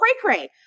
cray-cray